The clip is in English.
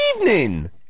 evening